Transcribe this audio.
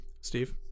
Steve